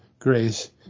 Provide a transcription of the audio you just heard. grace